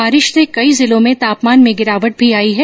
बारिश से कई जिलों में तापमान में गिरावट भी आई है